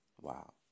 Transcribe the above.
Wow